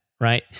Right